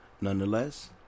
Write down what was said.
Nonetheless